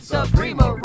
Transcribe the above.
Suprema